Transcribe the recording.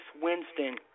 Winston